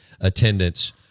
attendance